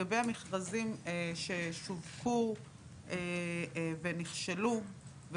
לגבי המכרזים ששווקו ונכשלו,